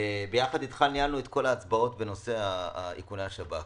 ניהלנו יחד איתך את כל ההצבעות בנושא איכוני השב"כ.